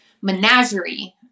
menagerie